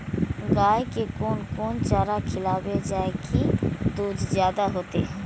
गाय के कोन कोन चारा खिलाबे जा की दूध जादे होते?